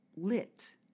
lit